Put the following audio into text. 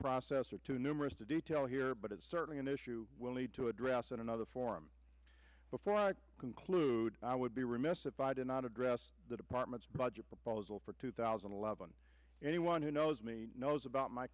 process are too numerous to detail here but it's certainly an issue we'll need to address in another forum before i conclude i would be remiss if i did not address the department's budget proposal for two thousand and eleven anyone who knows me knows about my